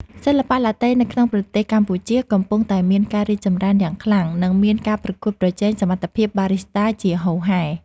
សិល្បៈឡាតេនៅក្នុងប្រទេសកម្ពុជាកំពុងតែមានការរីកចម្រើនយ៉ាងខ្លាំង និងមានការប្រកួតប្រជែងសមត្ថភាពបារីស្តាជាហូរហែ។